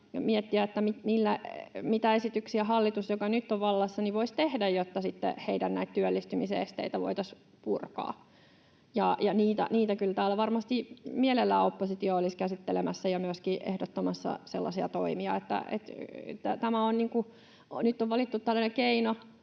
miettiä, mitä esityksiä hallitus, joka nyt on vallassa, voisi tehdä, jotta sitten heidän työllistymisesteitään voitaisiin purkaa. Sellaisia toimia kyllä täällä varmasti mielellään oppositio olisi käsittelemässä ja myöskin ehdottamassa. Nyt on valittu tällainen keino,